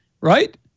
right